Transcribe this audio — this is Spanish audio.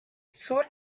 sur